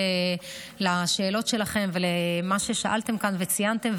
על השאלות שלכם ועל מה ששאלתם כאן וציינתם,